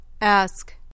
Ask